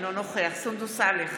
אינו נוכח סונדוס סאלח,